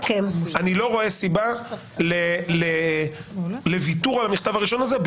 אני לא רואה סיבה לוויתור על המכתב הראשון הזה,